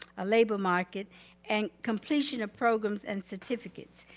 a labor market and completion of programs and certificates.